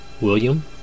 William